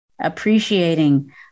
appreciating